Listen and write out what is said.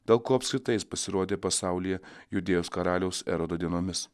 dėl ko apskritai jis pasirodė pasaulyje judėjos karaliaus erodo dienomis